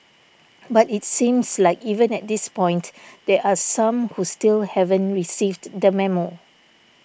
but it seems like even at this point there are some who still haven't received the memo